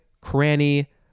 cranny